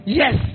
yes